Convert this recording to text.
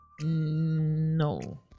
no